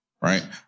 Right